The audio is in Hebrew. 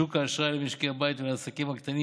שוק האשראי למשקי הבית ולעסקים הקטנים